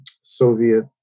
Soviet